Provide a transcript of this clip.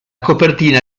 copertina